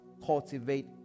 cultivate